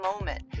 moment